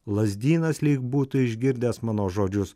lazdynas lyg būtų išgirdęs mano žodžius